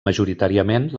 majoritàriament